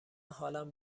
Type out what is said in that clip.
حالم